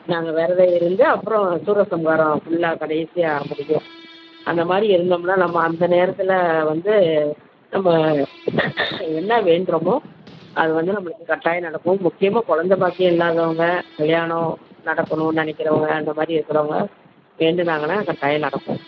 நாங்கள் விரத இருந்து அப்புறம் சூரசம்காரம் ஃபுல்லாக கடைசியாக முடியும் அந்த மாதிரி இருந்தம்னா நம்ம அந்த நேரத்தில் வந்து நம்ம என்ன வேண்டுகிறோமோ அது வந்து நம்மளுக்கு கட்டாயம் நடக்கும் முக்கியமாக குழந்த பாக்கியம் இல்லாதவங்க கல்யாணம் நடக்கணும் நினைக்கிறவுங்க அந்த மாதிரி இருக்கிறவுங்க வேண்டுனாங்கனா கட்டாய நடக்கும்